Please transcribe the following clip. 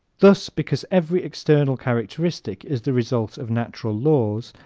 thus, because every external characteristic is the result of natural laws,